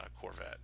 Corvette